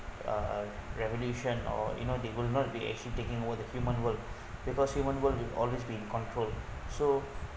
uh revolution or you know they will not be actually taking over the human world because human world will always be in control so